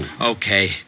Okay